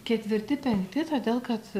ketvirti penkti todėl kad